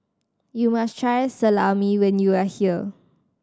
you must try Salami when you are here